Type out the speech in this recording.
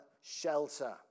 shelter